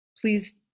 please